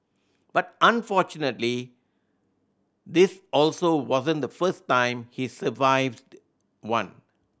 but unfortunately this also wasn't the first time he survived one